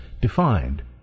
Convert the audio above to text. defined